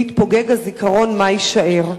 אם יתפוגג הזיכרון, מה יישאר?